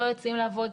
לא יוצאים לעבוד.